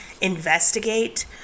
investigate